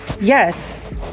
Yes